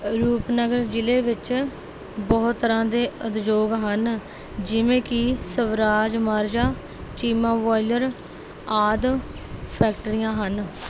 ਰੂਪਨਗਰ ਜ਼ਿਲ੍ਹੇ ਵਿੱਚ ਬਹੁਤ ਤਰ੍ਹਾਂ ਦੇ ਉਦਯੋਗ ਹਨ ਜਿਵੇਂ ਕਿ ਸਵਰਾਜ ਮਾਰਜਾ ਚੀਮਾ ਬੋਆਇਲਰ ਆਦਿ ਫੈਕਟਰੀਆਂ ਹਨ